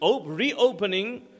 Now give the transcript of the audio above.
reopening